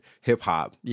hip-hop